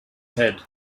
head